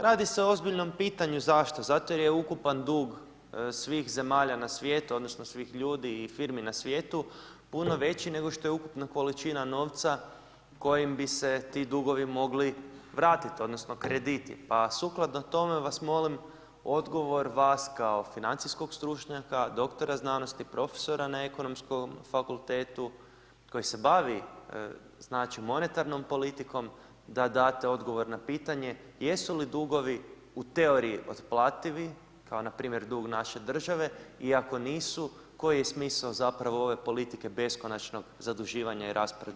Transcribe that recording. Radi se o ozbiljnom pitanju, zašto?, zato jer je ukupan dug svih zemalja na svijetu, odnosno svih ljudi i firmi na svijetu puno veći nego što je ukupna količina novca kojim bi se ti dugovi mogli vratit odnosno krediti, pa sukladno tome, vas molim odgovor, vas kao financijskog stručnjaka, doktora znanosti, profesora na Ekonomskom fakultetu koji se bavi, znači, monetarnom politikom, da date odgovor na pitanje, jesu li dugovi, u teoriji, otplativi, kao na primjer dug naše države, i ako nisu, koji je smisao zapravo ove politike beskonačnog zaduživanja i rasprodaje naše zemlje?